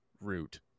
root